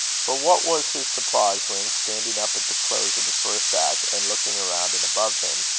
but what was his surprise when, standing up at the close of the first act, and looking around and above him,